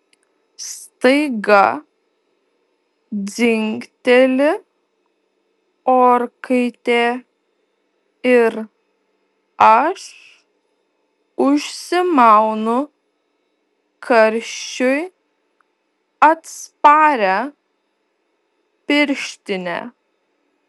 staiga dzingteli orkaitė ir aš užsimaunu karščiui atsparią pirštinę